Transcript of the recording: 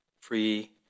free